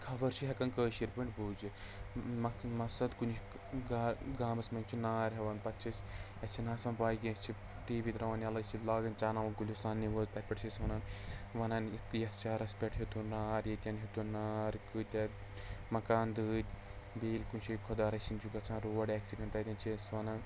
خبر چھِ ہٮ۪کان کٲشِرۍ پٲٹھۍ بوٗزِتھ مَصَد کُنہِ گا گامَس منٛز چھُ نار ہٮ۪وان پَتہٕ چھِ أسۍ اَسہِ چھِنہٕ آسان پَے کیٚنٛہہ أسۍ چھِ ٹی وی ترٛاوان یَلہٕ أسۍ چھِ لاگان چَنَل گُلِستان نِوٕز تَتہِ پٮ۪ٹھ چھِ أسۍ وَنان وَنان یِتھ یَتھ شہرَس پٮ۪ٹھ ہیوٚتُن نار ییٚتٮ۪ن ہیوٚتُن نار کۭتیٛاہ مَکان دٔدۍ بیٚیہِ ییٚلہِ کُنہِ جاے خۄداے رٔچھِن چھِ گژھان روڈ اٮ۪کسِڈٮ۪نٛٹ تَتَٮ۪ن چھِ أسۍ وَنان